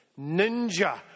ninja